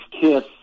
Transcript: Kiss